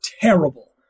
terrible